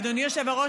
אדוני היושב-ראש,